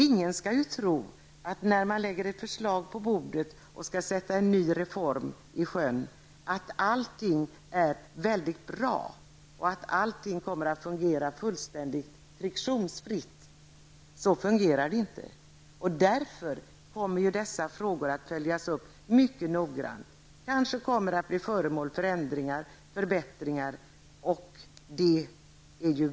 Ingen skall tro att allting är bra och att allt kommer att fungera fullständigt friktionsfritt när ett förslag läggs på bordet och en ny reform skall sättas i sjön. Så fungerar det inte. Därför kommer dessa frågor att följas upp mycket noggrant. De kanske kommer att bli föremål för ändringar och förbättringar.